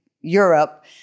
Europe